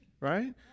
right